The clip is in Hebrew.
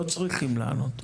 לא צריכים לענות.